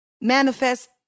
manifest